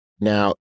Now